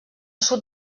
sud